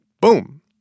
Boom